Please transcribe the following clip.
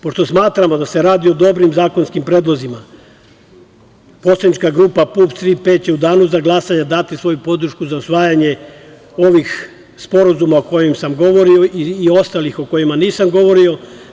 Pošto smatramo da se radi o dobrim zakonskim predlozima, poslanička grupa PUPS – „Tri P“ će u danu za glasanje dati svoju podršku za usvajanje ovih sporazuma o kojima sam govorio i ostalih o kojima nisam govorio.